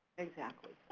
exactly.